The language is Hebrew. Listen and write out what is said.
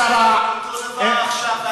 ואתה עושה אותו דבר עכשיו,